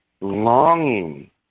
longing